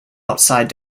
outside